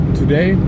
today